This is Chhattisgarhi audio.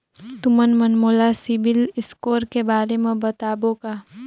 तुमन मन मोला सीबिल स्कोर के बारे म बताबो का?